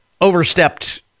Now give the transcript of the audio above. overstepped